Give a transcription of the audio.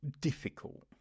difficult